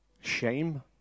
shame